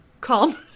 calm